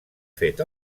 fet